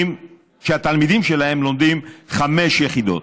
שהתלמידים שלהם, לומדים חמש יחידות.